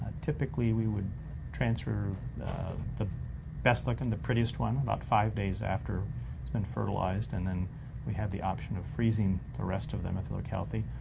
typically we would transfer the best-looking, the prettiest one, about five days after it's been fertilized, and then we have the option of freezing the rest of them if they look healthy,